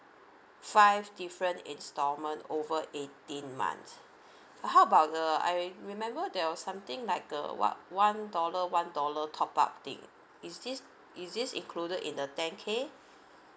five different instalment over eighteen months how about the I remember there was something like a what one dollar one dollar top up thing is this is this included in the ten K